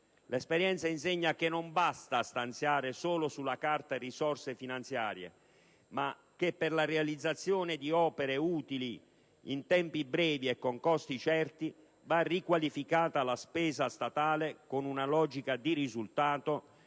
L'esperienza insegna che non basta stanziare solo sulla carta risorse finanziarie ma che, per la realizzazione di opere utili in tempi brevi e con costi certi, va riqualificata la spesa statale con una logica di risultato